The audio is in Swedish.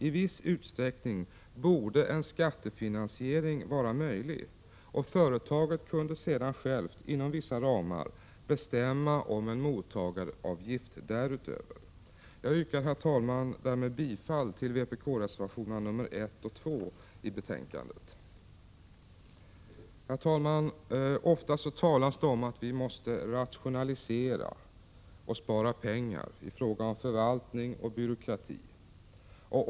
I viss utsträckning borde en skattefinansiering vara möjlig, och företaget kunde sedan självt inom vissa ramar bestämma om en mottagaravgift därutöver. Jag yrkar, herr talman, därmed bifall till vpk-reservationerna nr 1 och 2 i betänkandet. Herr talman! Ofta talas det om att vi måste rationalisera och spara pengar i fråga om förvaltning och byråkrati.